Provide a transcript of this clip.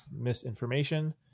misinformation